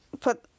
put